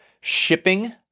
shipping